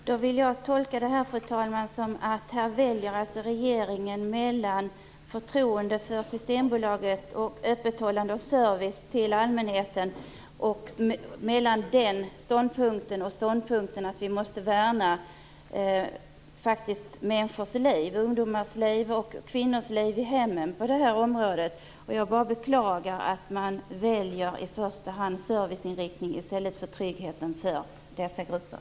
Fru talman! Jag gör tolkningen att här väljer regeringen mellan den ståndpunkt som handlar om förtroendet för Systembolaget - det gäller då öppethållande och service till allmänheten - och ståndpunkten att vi på det här området måste värna ungdomars och kvinnors liv i hemmen. Jag beklagar att man i första hand väljer serviceinriktning, inte tryggheten för nämnda grupper.